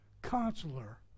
Consular